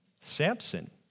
Samson